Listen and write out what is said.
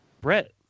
Brett